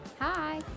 Hi